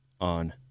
on